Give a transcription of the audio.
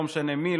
לא משנה מי,